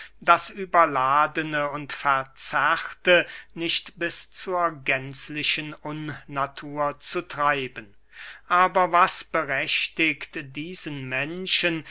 das überladene und verzerrte nicht bis zur gänzlichen unnatur zu treiben aber was berechtigt diesen menschen